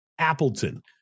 Appleton